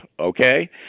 okay